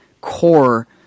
core